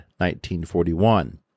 1941